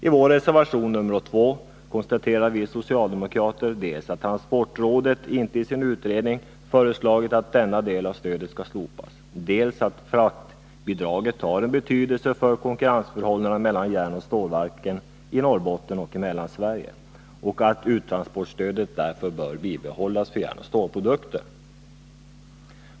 I reservation nr 2 konstaterar vi socialdemokrater dels att transportrådet i sin utredning inte har föreslagit att denna del av stödet skall slopas, dels att fraktbidraget har betydelse för konkurrensförhållandena mellan järnoch stålverken i Norrbotten och i Mellansverige och att uttransportstödet därför bör bibehållas för järnoch stålprodukter.